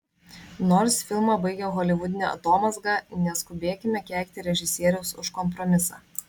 nors filmą baigia holivudinė atomazga neskubėkime keikti režisieriaus už kompromisą